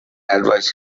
advice